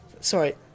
sorry